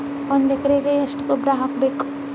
ಒಂದ್ ಎಕರೆಗೆ ಎಷ್ಟ ಗೊಬ್ಬರ ಹಾಕ್ಬೇಕ್?